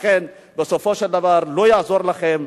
לכן, בסופו של דבר, לא יעזור לכם.